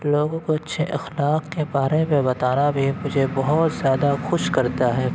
لوگوں کو اچھے اخلاق کے بارے میں بتانا بھی مجھے بہت زیادہ خوش کرتا ہے